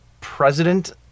president